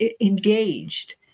engaged